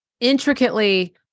intricately